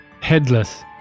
Headless